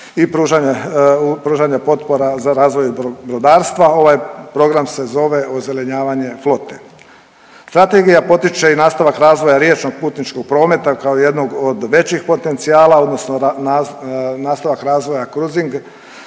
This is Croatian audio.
i pružanja potpora za razvoj brodarstva. Ovaj program se zove ozelenjavanje flote. Strategija potiče i nastavak razvoja riječnog putničkog prometa kao jednog od većih potencijala, odnosno nastavak razvoja kruzing,